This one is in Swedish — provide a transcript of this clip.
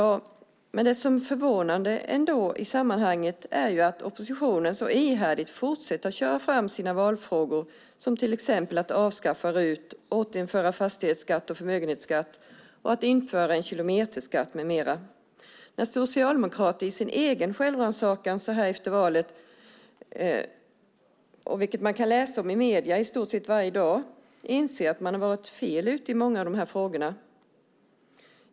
Det som ändå är förvånande i sammanhanget är att oppositionen så ihärdigt fortsätter att köra fram sina valfrågor, till exempel att avskaffa RUT-avdraget, återinföra fastighetsskatt och förmögenhetsskatt, införa en kilometerskatt med mera. Flera socialdemokrater inser i sin egen självrannsakan så här efter valet, vilket man kan läsa om i medierna i stort sett varje dag, att de har varit fel ute i många av dessa frågor.